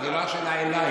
אז השאלה,